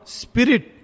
spirit